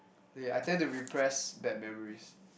ya I tend to repress bad memories